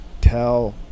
tell